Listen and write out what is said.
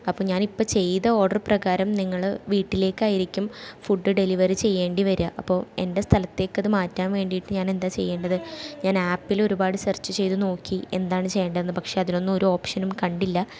അപ്പം ഞാനിപ്പം ചെയ്ത ഓർഡർ പ്രകാരം നിങ്ങൾ വീട്ടിലേക്കായിരിക്കും ഫുഡ് ഡെലിവറി ചെയ്യേണ്ടി വരിക അപ്പോൾ എൻ്റെ സ്ഥലത്തേക്കത് മാറ്റാൻ വേണ്ടിയിട്ട് ഞാനെന്താ ചെയ്യേണ്ടത് ഞാനാപ്പിലൊരുപാട് സെർച്ച് ചെയ്ത് നോക്കി എന്താണ് ചെയ്യേണ്ടതെന്ന് പക്ഷേ അതിലൊന്നും ഒരോപ്ഷനൊന്നും കണ്ടില്ല